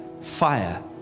fire